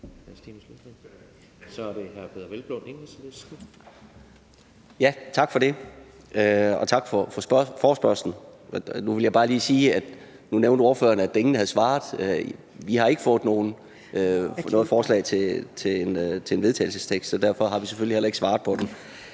Tak for det, og tak for forespørgslen. Nu vil jeg bare lige sige, at nu nævnte ordføreren, at ingen havde svaret. Vi har ikke fået noget forslag til vedtagelse, så derfor har vi selvfølgelig heller ikke svaret på det.